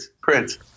Prince